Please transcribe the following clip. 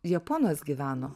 japonas gyveno